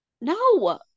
No